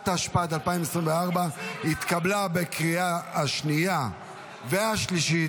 התשפ"ד 2024, התקבלה בקריאה השנייה והשלישית,